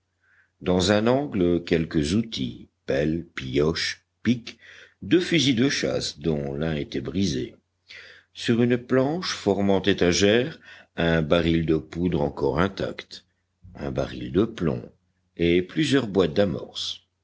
dans un angle quelques outils pelle pioche pic deux fusils de chasse dont l'un était brisé sur une planche formant étagère un baril de poudre encore intact un baril de plomb et plusieurs boîtes d'amorces